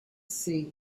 see